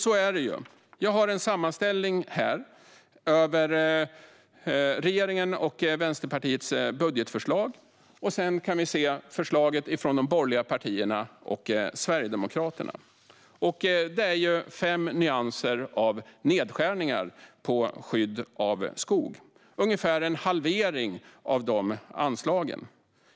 Så är det nämligen; jag har här en sammanställning av regeringens och Vänsterpartiets budgetförslag, och sedan kan vi se förslaget från de borgerliga partierna och Sverigedemokraterna. Det är fem nyanser av nedskärningar på skydd av skog - ungefär en halvering av de anslagen.